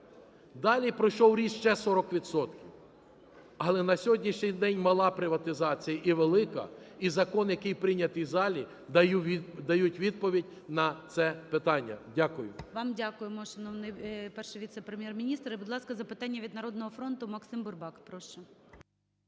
Далі пройшов ріст ще 40 відсотків. Але на сьогоднішній день мала приватизація і велика, і закон, який прийнятий в залі, дають відповідь на це питання. Дякую.